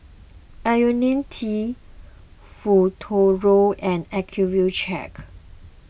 Ionil T Futuro and Accucheck